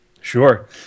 Sure